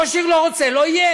ראש עיר לא רוצה, לא יהיה.